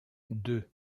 deux